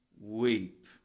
weep